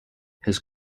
his